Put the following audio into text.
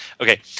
Okay